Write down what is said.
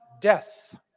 death